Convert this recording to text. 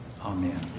Amen